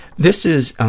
this is